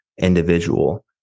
individual